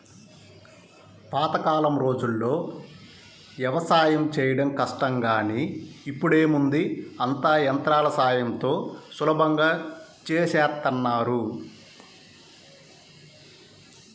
పాతకాలం రోజుల్లో యవసాయం చేయడం కష్టం గానీ ఇప్పుడేముంది అంతా యంత్రాల సాయంతో సులభంగా చేసేత్తన్నారు